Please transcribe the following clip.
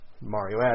Mario